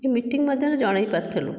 ଏଇ ମିଟିଙ୍ଗ ମାଧ୍ୟମ ଜଣେଇପାରିଥିଲୁ